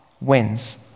wins